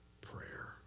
prayer